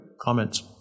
comments